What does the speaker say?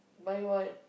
buy what